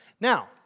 Now